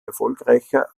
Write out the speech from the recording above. erfolgreicher